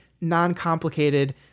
non-complicated